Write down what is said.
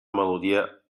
melodia